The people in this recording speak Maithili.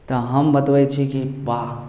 तऽ हम बतबै छी कि बाप